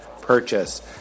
purchase